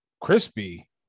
crispy